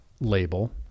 Label